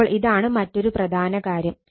അപ്പോൾ ഇതാണ് മറ്റൊരു പ്രധാന കാര്യം